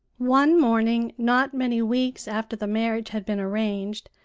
one morning, not many weeks after the marriage had been arranged,